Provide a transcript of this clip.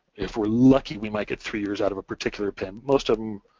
if we're lucky, we might get three years out of a particular pen, most of them